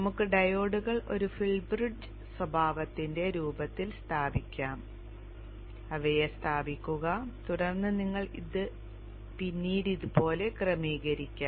നമുക്ക് ഡയോഡുകൾ ഒരു ഫുൾ ബ്രിഡ്ജ് സ്വഭാവത്തിന്റെ രൂപത്തിൽ സ്ഥാപിക്കാം അവയെ സ്ഥാപിക്കുക തുടർന്ന് നിങ്ങൾക്ക് ഇത് പിന്നീട് ഇതുപോലെ ക്രമീകരിക്കാം